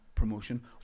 promotion